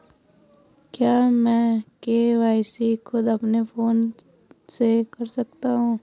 क्या मैं के.वाई.सी खुद अपने फोन से कर सकता हूँ?